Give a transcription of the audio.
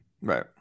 Right